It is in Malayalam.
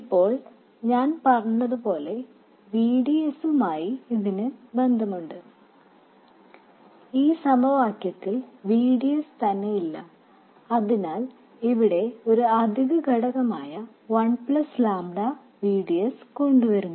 ഇപ്പോൾ ഞാൻ പറഞ്ഞതുപോലെ VDS മായി ഇതിന് ബന്ധമുണ്ട് ഈ സമവാക്യത്തിൽ V D S തന്നെ ഇല്ല അതിനാൽ ഇതിടെ ഒരു അധിക ഘടകമായ 1 ƛ V D S കൊണ്ടുവരുന്നു